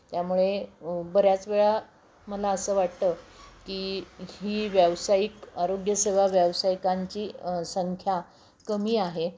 त्यामुळे बऱ्याच वेळा मला असं वाटतं की ही व्यावसायिक आरोग्यसेवा व्यावसायिकांची संख्या कमी आहे